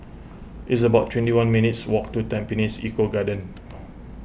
it's about twenty one minutes' walk to Tampines Eco Garden